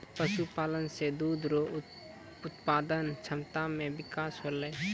पशुपालन से दुध रो उत्पादन क्षमता मे बिकास होलै